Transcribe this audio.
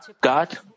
God